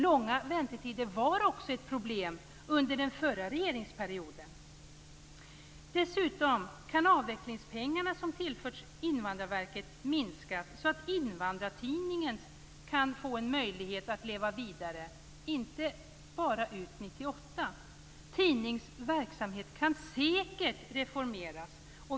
Långa väntetider var också ett problem under den förra regeringsperioden. Dessutom skulle avvecklingspengarna som tillförts Invandrarverket kunna minskas så att Invandrartidningen kan få en möjlighet att leva vidare - inte bara till slutet av 1998. Tidningens verksamhet kan säkert reformeras.